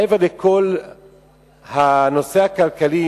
מעבר לנושא הכלכלי,